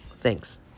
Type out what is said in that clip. Thanks